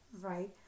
Right